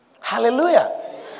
Hallelujah